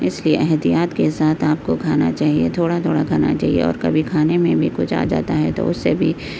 اس لیے احتیاط کے ساتھ آپ کو کھانا چاہیے تھوڑا تھوڑا کھانا چاہیے اور کبھی کھانے میں بھی کچھ آ جاتا ہے تو اس سے بھی